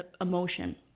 emotion